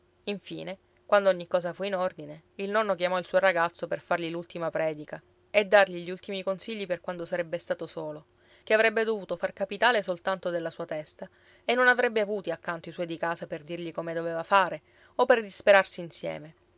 infine quando ogni cosa fu in ordine il nonno chiamò il suo ragazzo per fargli l'ultima predica e dargli gli ultimi consigli per quando sarebbe stato solo che avrebbe dovuto far capitale soltanto della sua testa e non avrebbe avuti accanto i suoi di casa per dirgli come doveva fare o per disperarsi insieme